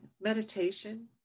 meditation